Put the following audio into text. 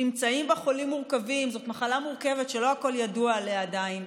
כי נמצאים בה חולים מורכבים וזאת מחלה מורכבת שלא הכול ידוע עליה עדיין,